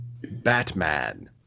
Batman